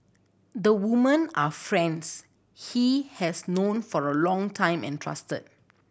the woman are friends he has known for a long time and trusted